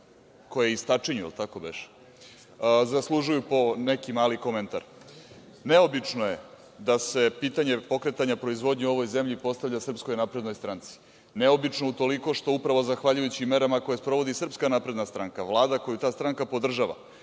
„koje istačinju“, jel tako beše, zaslužuju po neki mali komentar. Neobično je da se pitanje pokretanja proizvodnje u ovoj zemlji postavlja Srpskoj naprednoj stranci. Neobično je utoliko što upravo zahvaljujući merama koje sprovodi Srpska napredna stranka, Vlada koju ta stranka podržava,